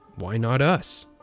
why not us?